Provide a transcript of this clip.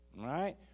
right